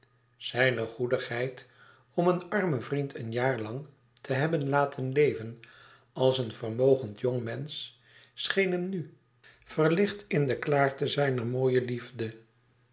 zijne goedigheid om een armen vriend een jaar lang te hebben laten leven als een vermogend jongmensch scheen hem nu verlicht in de klaarte zijner mooie liefde